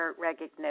recognition